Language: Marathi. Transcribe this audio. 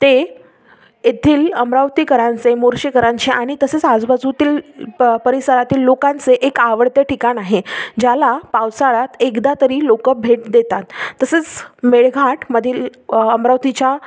ते येथील अमरावतीकरांचे मोर्शीकरांचे आणि तसेच आजूबाजूतील प परिसरातील लोकांचे एक आवडते ठिकाण आहे ज्याला पावसाळ्यात एकदा तरी लोक भेट देतात तसेच मेळघाटमधील अमरावतीच्या